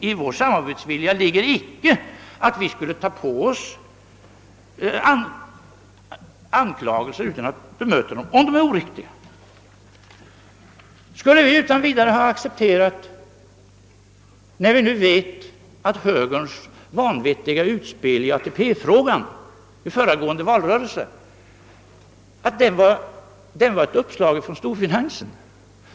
I vår samarbetsvilja ligger icke att vi tar på oss anklagelser utan att bemöta dem, om de är oriktiga. Skulle vi utan vidare ha accepterat högerns vanvettiga utspel i ATP-frågan i föregående valrörelse, ett utspel som vi nu vet var ett uppslag av storfinansen?